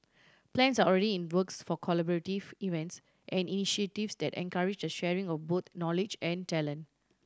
plans are already in works for collaborative events and initiatives that encourage the sharing of both knowledge and talent